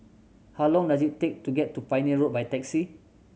how long does it take to get to Pioneer Road by taxi